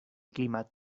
clima